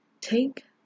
Take